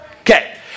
Okay